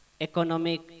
economic